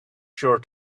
sure